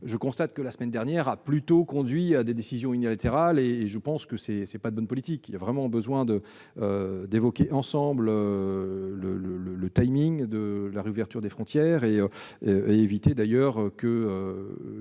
je constate que la semaine dernière a plutôt débouché sur des décisions unilatérales. Je pense que cela n'est pas de bonne politique ; il y a vraiment besoin d'évoquer ensemble le rythme de la réouverture des frontières et d'éviter que les uns